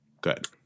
good